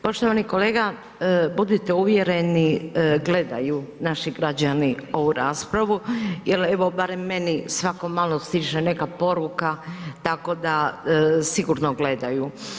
Poštovani kolega budite uvjereni gledaju naši građani ovu raspravu jer evo barem meni svako malo stiže neka poruka, tako sigurno gledaju.